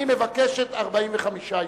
אני מבקשת 45 יום.